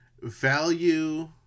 value